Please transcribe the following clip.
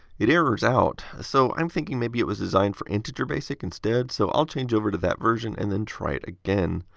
it errors out. so i'm thinking maybe it was designed for integer basic instead, so i'll change over to that version and then try it again.